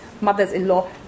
mothers-in-law